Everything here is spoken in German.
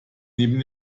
neben